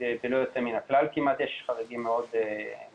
בלא יצא מן הכלל כמעט, יש חריגים מאוד פרטניים.